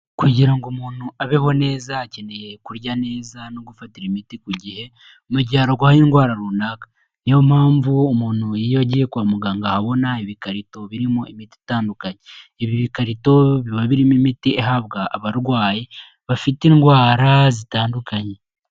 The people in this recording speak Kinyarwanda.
Kugira ngo umuntu abeho neza, akeneye kurya neza no gufatira imiti ku gihe, mu gihe arwaye indwara runaka, niyo mpamvu umuntu iyo agiye kwa muganga ahabona ibikarito birimo imiti itandukanye, ibi ibikarito biba birimo imiti ihabwa abarwayi bafite indwara zitandukanye.